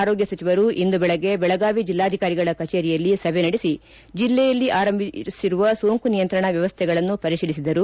ಆರೋಗ್ಯ ಸಚಿವರು ಇಂದು ಬೆಳಗ್ಗೆ ಬೆಳಗಾವಿ ಜಿಲ್ಲಾಧಿಕಾರಿಗಳ ಕಚೇರಿಯಲ್ಲಿ ಸಭೆ ನಡೆಸಿ ಜಿಲ್ಲೆಯಲ್ಲಿ ಆರಂಭಿಸಿರುವ ಸೋಂಕು ನಿಯಂತ್ರಣ ವ್ಯವಸ್ಥೆಗಳನ್ನು ಪರಿಶೀಲಿಸಿದರು